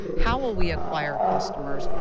how will we apply our customers?